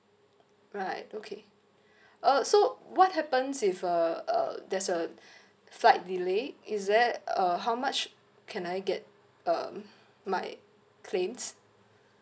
right okay uh so what happens if uh uh there's a flight delay is there uh how much can I get um my claims